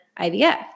IVF